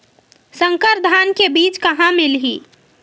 संकर धान के बीज कहां मिलही?